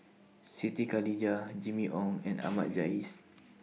Siti Khalijah Jimmy Ong and Ahmad Jais